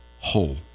whole